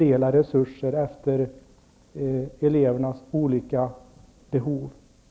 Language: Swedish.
Detta avgör just det som Christina Linderholm underströk, nämligen likvärdigheten i det svenska skolsystemet.